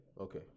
okay